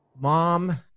Mom